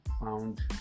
found